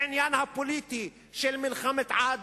בעניין הפוליטי של מלחמת-עד,